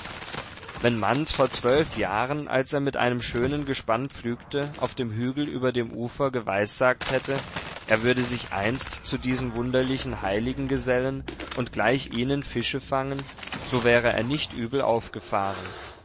wenn man manz vor zwölf jahren als er mit einem schönen gespann pflügte auf dem hügel über dem ufer geweissagt hätte er würde sich einst zu diesen wunderlichen heiligen gesellen und gleich ihnen fische fangen so wäre er nicht übel aufgefahren